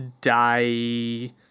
die